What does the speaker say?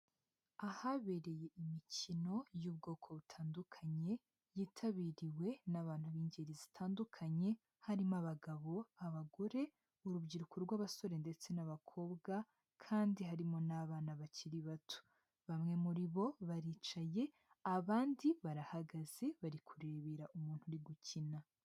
Ahabereye imikino y'ubwoko butandukanye yitabiriwe n'abantu b'ingeri zitandukanye, harimo abagabo, abagore, urubyiruko rw'abasore ndetse n'abakobwa kandi harimo n'abana bakiri bato. Bamwe muri bo baricaye abandi barahagaze bari kurebera umuntu uri gukina.